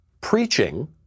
Preaching